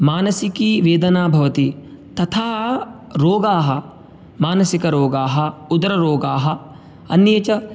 मानसिकीवेदना भवति तथा रोगाः मानसिकरोगाः उदररोगाः अन्ये च